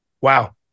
Wow